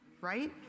Right